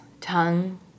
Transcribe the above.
tongue